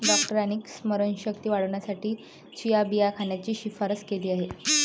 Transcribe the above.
डॉक्टरांनी स्मरणशक्ती वाढवण्यासाठी चिया बिया खाण्याची शिफारस केली आहे